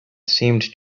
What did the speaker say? seemed